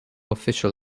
official